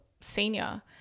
senior